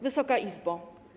Wysoka Izbo!